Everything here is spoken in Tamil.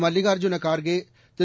மல்லிகார்ஜுண கார்கே திரு